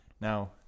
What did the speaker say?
Now